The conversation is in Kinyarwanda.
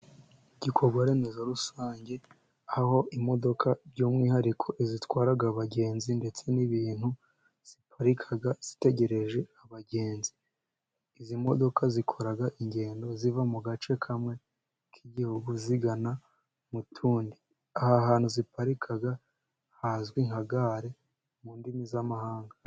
Igikorwaremezo rusange, aho imodoka by'umwihariko izitwara abagenzi, ndetse n'ibintu, ziparika zitegereje abagenzi. Izi modoka zikora ingendo ziva mu gace kamwe k'igihugu, zigana mu tundi. Aha hantu ziparika hazwi nka gare mu ndimi z'amahanga.